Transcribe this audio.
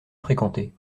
fréquentée